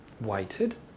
waited